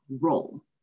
role